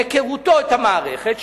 מהיכרותו את המערכת,